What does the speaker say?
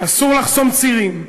אסור לחסום צירים,